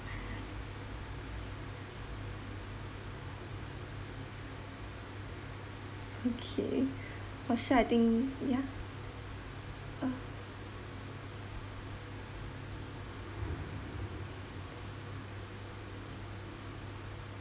okay for sure I think ya uh